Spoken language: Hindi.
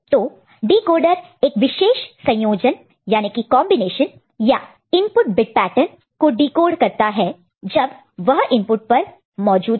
तो डिकोडर एक विशेष संयोजन कॉम्बिनेशन या इनपुट बिट पैटर्न को डिकोड करता है जब वह इनपुट पर मौजूद हो